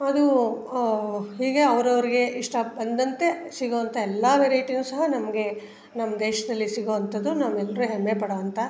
ಅದೂ ಹೀಗೆ ಅವ್ರು ಅವ್ರಿಗೆ ಇಷ್ಟ ಬಂದಂತೆ ಸಿಗೋ ಅಂಥ ಎಲ್ಲ ವೆರೈಟಿಯೂ ಸಹ ನಮಗೆ ನಮ್ಮ ದೇಶದಲ್ಲಿ ಸಿಗೋ ಅಂಥದ್ದು ನಾವೆಲ್ಲರೂ ಹೆಮ್ಮೆ ಪಡುವಂಥ